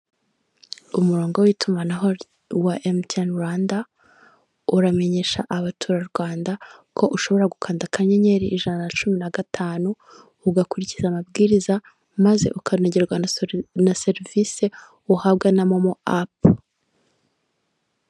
Umurongo w'itumanaho wa emutiyeni Rwanda, uramenyesha abaturarwanda ko ushobora gukanda akanyenyeri ijana na cumi na gatanu, ugakurikiza amabwiriza maze ukanogerwa na serivisi uhabwa na momo apu.